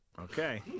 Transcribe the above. Okay